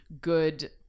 good